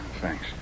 Thanks